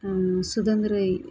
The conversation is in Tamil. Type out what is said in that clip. சுதந்திர